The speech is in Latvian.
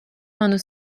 manu